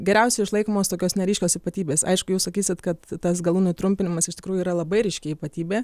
geriausiai išlaikomos tokios neryškios ypatybės aišku jūs sakysit kad tas galūnių trumpinimas iš tikrųjų yra labai ryški ypatybė